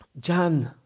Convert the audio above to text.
John